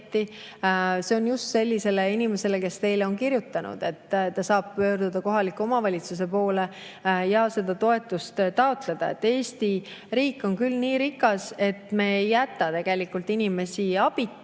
See on just sellisele inimesele, kes teile on kirjutanud. Ta saab pöörduda kohaliku omavalitsuse poole ja seda toetust taotleda. Eesti riik on küll nii rikas, et me ei jäta tegelikult inimesi abita,